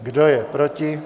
Kdo je proti?